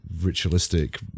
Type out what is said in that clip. ritualistic